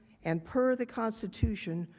and per the constitution,